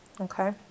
Okay